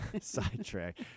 Sidetrack